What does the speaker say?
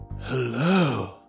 hello